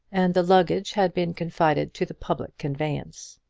and the luggage had been confided to the public conveyance.